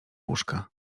łóżka